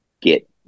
get